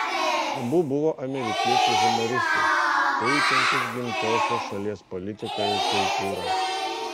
abu buvo amerikiečiai humoristai peikiantys gimtosios šalies politiką ir kultūrą